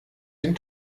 den